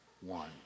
one